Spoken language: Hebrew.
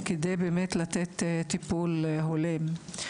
כדי באמת לתת טיפול הולם.